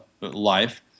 life